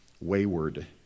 wayward